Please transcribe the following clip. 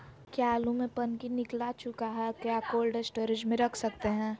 क्या आलु में पनकी निकला चुका हा क्या कोल्ड स्टोरेज में रख सकते हैं?